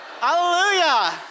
Hallelujah